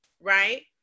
right